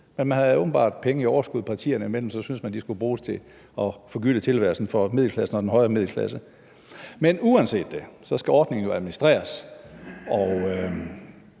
imellem åbenbart penge i overskud, og så syntes man, at de skulle bruges til at forgylde tilværelsen for middelklassen og den højere middelklasse. Men uanset det, så skal ordningen jo administreres, og